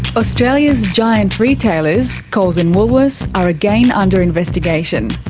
australia's giant retailers, coles and woolworths, are again under investigation.